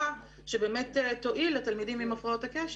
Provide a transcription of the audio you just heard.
שבאמת תועיל לתלמידים עם הפרעות הקשב.